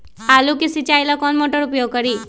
आलू के सिंचाई ला कौन मोटर उपयोग करी?